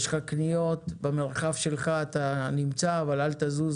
יש לך קניות במרחב שלך אתה נמצא אבל אל תזוז